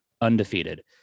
undefeated